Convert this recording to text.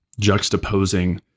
juxtaposing